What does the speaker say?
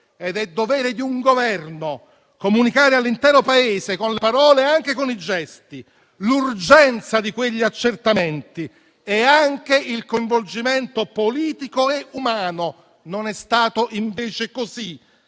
ed è dovere del Governo comunicare all'intero Paese con le parole e anche con i gesti l'urgenza di quegli accertamenti e anche il coinvolgimento politico e umano. Invece, non